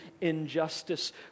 injustice